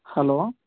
hello